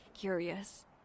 curious